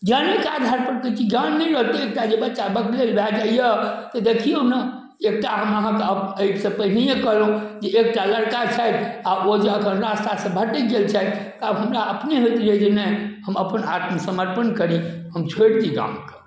ज्ञानके आधार पर कहै छियै ज्ञान नहि रहते एकटा जे बच्चा बकलेल भऽ जाइया तऽ देखियौ ने एकटा हम अहाँके एहिसऽ पहिने कहलहुॅं जे एकटा लड़का छथि आ ओ जाके रास्ता सऽ भटैक गेल छथि आ आब हमरा अपने होयत रहैया नहि हम अपन आत्मसमर्पण करी हम छोड़ि दी गामके